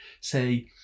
say